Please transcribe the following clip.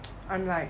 I'm like